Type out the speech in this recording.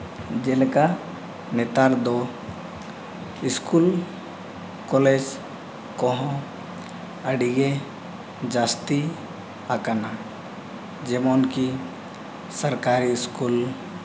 ᱡᱮᱞᱮᱠᱟ ᱱᱮᱛᱟᱨ ᱫᱚ ᱥᱠᱩᱞ ᱠᱚᱞᱮᱡᱽ ᱠᱚᱦᱚᱸ ᱟᱹᱰᱤᱜᱮ ᱡᱟᱹᱥᱛᱤ ᱟᱠᱟᱱᱟ ᱡᱮᱢᱚᱱ ᱠᱤ ᱥᱟᱨᱠᱟᱨᱤ ᱥᱠᱩᱞ